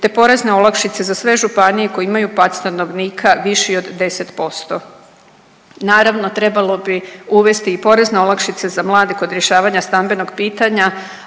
te porezne olakšice za sve županije koje imaju pad stanovnika viši od 10%. Naravno trebalo bi uvesti i porezne olakšice za mlade kod rješavanja stambenog pitanja